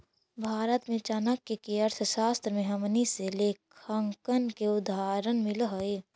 भारत में चाणक्य के अर्थशास्त्र से हमनी के लेखांकन के उदाहरण मिल हइ